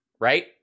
right